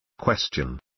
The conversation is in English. Question